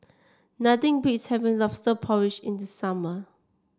nothing beats having lobster porridge in the summer